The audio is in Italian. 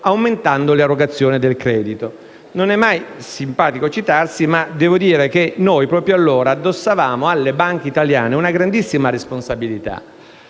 aumentando l'erogazione del credito. Non è mai simpatico citarsi, ma devo dire che proprio allora addossavamo alle banche italiane una grandissima responsabilità.